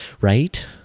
Right